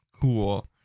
Cool